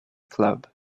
club